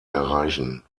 erreichen